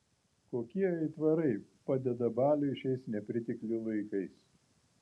kokie aitvarai padeda baliui šiais nepriteklių laikais